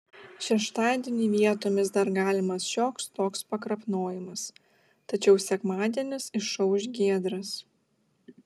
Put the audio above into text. šeštadienį vietomis dar galimas šioks toks pakrapnojimas tačiau sekmadienis išauš giedras